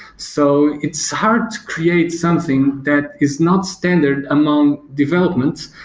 so it's hard to create something that is not standard among development,